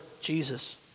jesus